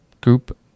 group